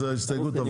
אז ההסתייגות עברה.